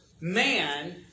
Man